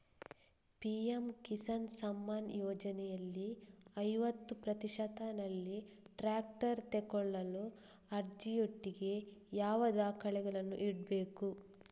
PM Kisan Samman ಯೋಜನೆಯಲ್ಲಿ ಐವತ್ತು ಪ್ರತಿಶತನಲ್ಲಿ ಟ್ರ್ಯಾಕ್ಟರ್ ತೆಕೊಳ್ಳಲು ಅರ್ಜಿಯೊಟ್ಟಿಗೆ ಯಾವ ದಾಖಲೆಗಳನ್ನು ಇಡ್ಬೇಕು?